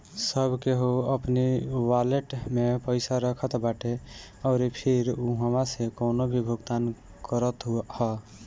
सब केहू अपनी वालेट में पईसा रखत बाटे अउरी फिर उहवा से कवनो भी भुगतान करत हअ